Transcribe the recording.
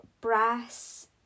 brass